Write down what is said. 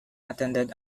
attended